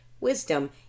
wisdom